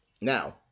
Now